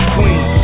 Queen